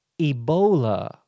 Ebola